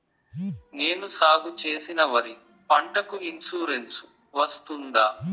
నేను సాగు చేసిన వరి పంటకు ఇన్సూరెన్సు వస్తుందా?